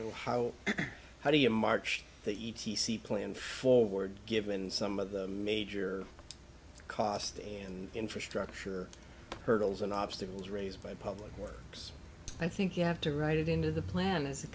know how how do you march the e t c plan forward given some of the major cost and infrastructure hurdles and obstacles raised by public works i think you have to write it into the plan as a